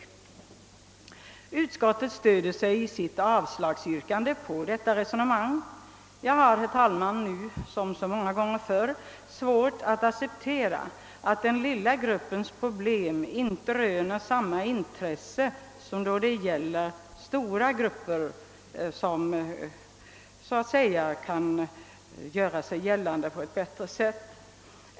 Utskottet stöder sig i sitt avslagsyrkande på detta resonemang. Jag har emellertid, herr talman, nu som så många gånger förr svårt att acceptera att den lilla gruppens problem inte röner samma intresse som stora gruppers problem — grupper som kan göra sig gällande på ett bättre sätt.